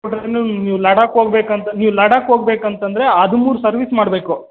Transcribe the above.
ನೀವು ಲಡಾಖ್ ಹೋಗ್ಬೇಕಂತ ನೀವು ಲಡಾಖ್ ಹೋಗ್ಬೇಕಂತಂದ್ರೆ ಹದಿಮೂರು ಸರ್ವಿಸ್ ಮಾಡಬೇಕು